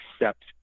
accept